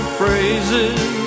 phrases